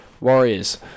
Warriors